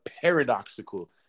paradoxical